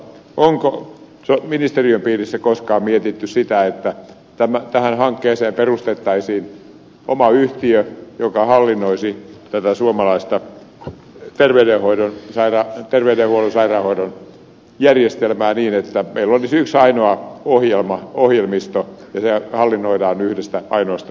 onko ministeriön piirissä koskaan mietitty sitä että tähän hankkeeseen perustettaisiin oma yhtiö joka hallinnoisi suomalaista terveydenhuollon sairaanhoidon järjestelmää niin että meillä olisi yksi ainoa ohjelmisto ja hallinnoida nykyistä aidoista